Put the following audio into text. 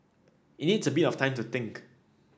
it needs a bit of time to think